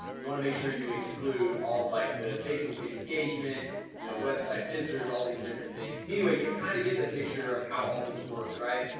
you want to make sure you exclude all of like the facebook page engagement you know website visitors all these different things. anyway, you kind of get the picture of how all this works, right?